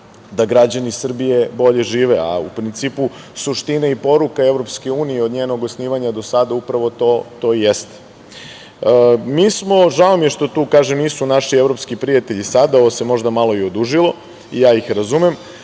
da građani Srbije bolje žive, a suština i poruka EU od njenog osnivanja do sada je upravo to. Žao mi je što tu nisu naši evropski prijatelji. Ovo se možda malo i odužilo i ja ih razumem,